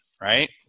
right